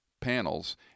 panels